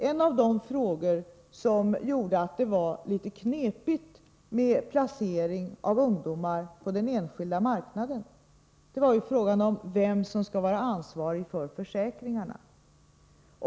En av de frågor som gjorde att det var litet knepigt med placering av ungdomar på den enskilda marknaden var osäkerheten om vem som var ansvarig för försäkringarna.